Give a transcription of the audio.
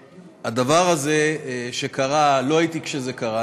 והדבר הזה שקרה, לא הייתי כשזה קרה.